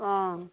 অঁ